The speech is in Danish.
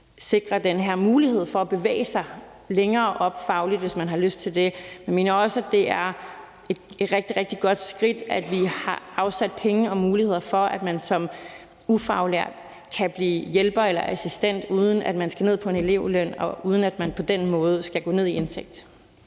sikrer den her mulighed for at bevæge sig længere op fagligt, hvis man har lyst til det. Jeg mener også, at det er et rigtig, rigtig godt skridt, at vi har afsat penge til og givet muligheder for, at man som ufaglært kan blive hjælper eller assistent, uden at man skal ned på en elevløn, og uden at man på den måde skal gå ned i indtægt.